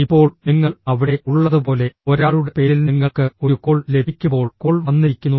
ഇപ്പോൾ നിങ്ങൾ അവിടെ ഉള്ളതുപോലെ ഒരാളുടെ പേരിൽ നിങ്ങൾക്ക് ഒരു കോൾ ലഭിക്കുമ്പോൾ കോൾ വന്നിരിക്കുന്നു